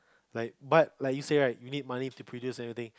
like but like you say right you need money to produce everything